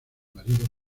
marido